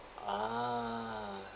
ah